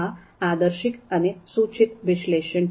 આ આદર્શિક અને સૂચિત વિશ્લેષણ છે